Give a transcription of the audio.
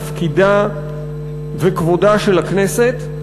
תפקידה וכבודה של הכנסת,